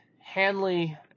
Hanley